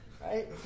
Right